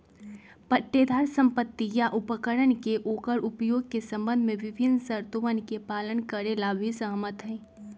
पट्टेदार संपत्ति या उपकरण के ओकर उपयोग के संबंध में विभिन्न शर्तोवन के पालन करे ला भी सहमत हई